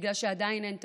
בגלל שעדיין אין תקציב.